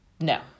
No